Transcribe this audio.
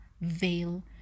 veil